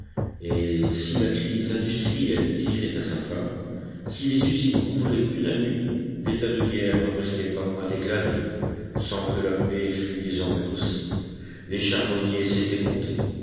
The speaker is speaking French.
et si la crise industrielle tirait à sa fin si les usines rouvraient une à une l'état de guerre n'en restait pas moins déclaré sans que la paix fût désormais possible les charbonniers s'étaient comptés